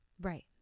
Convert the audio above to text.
Right